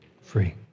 free